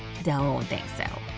don't think so.